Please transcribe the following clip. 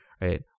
right